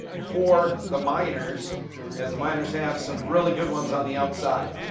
for the miners as the miners have some really good ones on the outside.